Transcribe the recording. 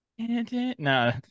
No